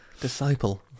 Disciple